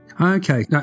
Okay